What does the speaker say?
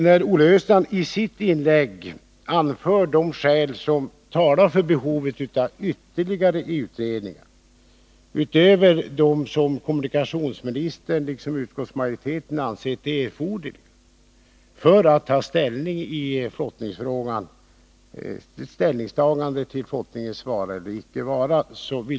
Olle Östrand anförde i sitt inlägg de skäl som finns för ytterligare utredningar — utöver dem som kommunikationsministern och utskottsmajoriteten ansett erforderliga för att ta ställning till flottningens vara eller icke vara.